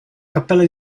cappella